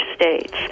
states